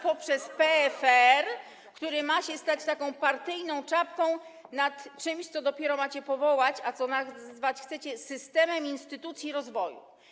poprzez PFR, który ma się stać taką partyjną czapką nad czymś, co dopiero macie powołać, a co nazwać chcecie systemem instytucji rozwoju.